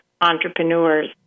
entrepreneurs